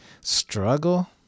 struggle